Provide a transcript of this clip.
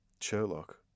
Sherlock